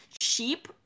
sheep